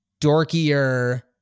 dorkier